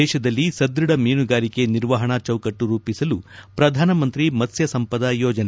ದೇಶದಲ್ಲಿ ಸದ್ಬಢ ಮೀನುಗಾರಿಕೆ ನಿರ್ವಹಣಾ ಚೌಕಟ್ಟು ರೂಪಿಸಲು ಪ್ರಧಾನಮಂತ್ರಿ ಮತ್ಪ್ನ ಸಂಪದ ಯೋಜನೆ